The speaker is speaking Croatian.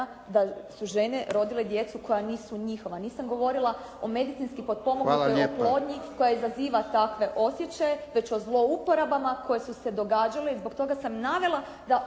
da su žene rodile djecu koja nisu njihova. Nisam govorila o medicinski potpomognutoj oplodnji koja izaziva takve osjećaje već o zlouporabama koje su se događala i zbog toga sam navela da